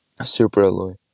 superalloy